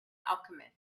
alchemist